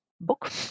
book